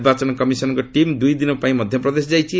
ନିର୍ବାଚନ commission team ଦୁଇଦିନ ପାଇଁ ମଧ୍ୟପ୍ରଦେଶ ଯାଇଛି